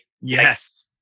Yes